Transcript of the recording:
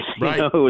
Right